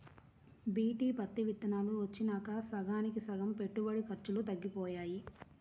BT పత్తి విత్తనాలు వచ్చినాక సగానికి సగం పెట్టుబడి ఖర్చులు తగ్గిపోయాయి